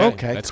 Okay